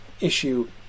issue